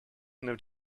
nimmt